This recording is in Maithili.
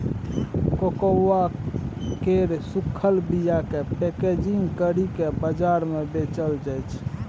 कोकोआ केर सूखल बीयाकेँ पैकेजिंग करि केँ बजार मे बेचल जाइ छै